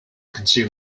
consume